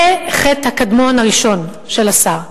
זה החטא הקדמון הראשון של השר.